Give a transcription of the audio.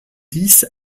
dix